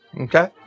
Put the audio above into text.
Okay